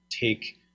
take